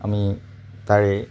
আমি তাৰে